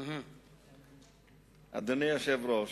אדוני היושב-ראש,